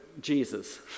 Jesus